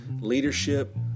leadership